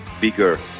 bigger